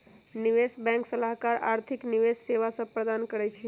निवेश बैंक सलाहकार आर्थिक निवेश सेवा सभ प्रदान करइ छै